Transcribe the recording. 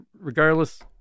regardless